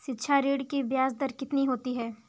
शिक्षा ऋण की ब्याज दर कितनी होती है?